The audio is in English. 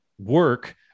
work